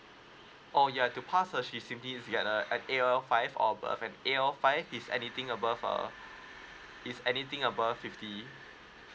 oh ya to pass err she simply need to get an AOL five or above an AOL five is anything above err is anything above fifty